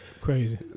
crazy